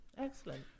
excellent